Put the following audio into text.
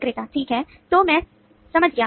विक्रेता ठीक है तो मैं समझ गया